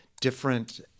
different